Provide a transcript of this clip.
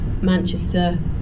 Manchester